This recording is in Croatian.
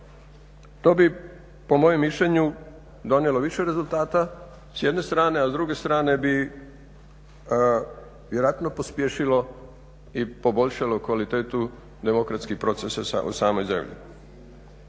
To bi po mojem mišljenju donijelo više rezultata s jedne strane, a s druge strane bi vjerojatno pospješilo i poboljšalo kvalitetu demokratskih procesa u samoj zemlji.